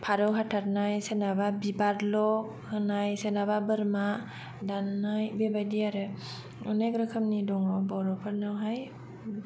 फारौ हाथारनाय सोरनाबा बिबारल' होनाय सोरनाबा बोरमा दाननाय बेबायदि आरो अनेख रोखोमनि दङ बर' फोरनाव हाय